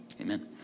amen